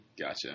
Gotcha